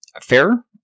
Fair